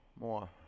More